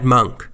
Monk